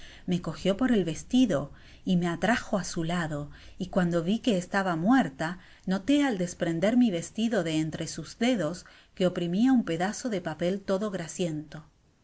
me cojió por el vestido y me atrajo á su lado y cuando vi que estaba muer ta noté al desprender mi vestido de entre sus dedos que oprimia un pedazo de papel todo grasiento